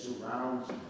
surrounds